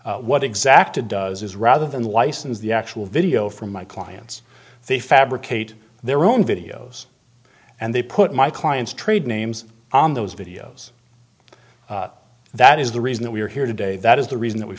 provides what exactly does is rather than license the actual video from my clients they fabricate their own videos and they put my clients trade names on those videos that is the reason that we are here today that is the reason that we